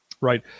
Right